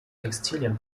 textilien